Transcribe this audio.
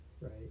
Right